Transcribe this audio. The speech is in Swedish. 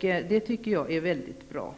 Det tycker jag är bra.